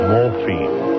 Morphine